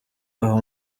aho